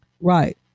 Right